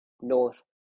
North